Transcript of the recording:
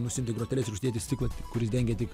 nusiimti groteles ir uždėti stiklą kuris dengia tik